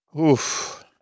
Oof